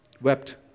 wept